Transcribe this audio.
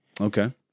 Okay